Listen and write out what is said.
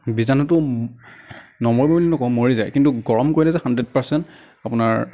বীজাণুটো নমৰে বুলি নকওঁ মৰি যায় কিন্তু গৰম কৰিলে যে হাণ্ড্ৰেড পাৰ্চেণ্ট আপোনাৰ